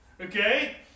Okay